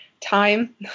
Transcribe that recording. time